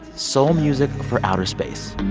soul music for outer space.